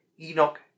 Enoch